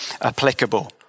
applicable